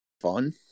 fun